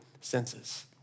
senses